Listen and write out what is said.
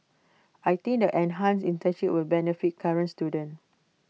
I think the enhanced internships will benefit current students